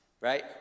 right